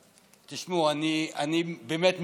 תשמעו, אני באמת מתלבט.